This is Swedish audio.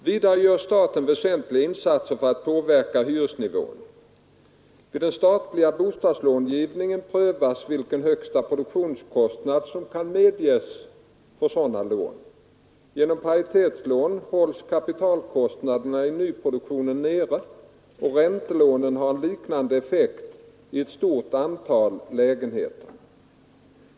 Vidare gör staten väsentliga insatser för att påverka hyresnivån. Vid den statliga bostadslångivningen prövas vilken högsta produktionskostnad som kan medges för sådana lån. Genom paritetslånen hålls kapitalkostnaden i nyproduktionen nere, och räntelånen har en liknande effekt för ett stort antal lägenheter.